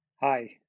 Hi